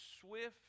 swift